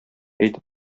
әйтеп